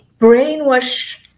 brainwash